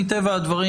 מטבע הדברים,